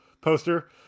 poster